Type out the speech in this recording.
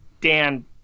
Dan